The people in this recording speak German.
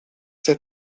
der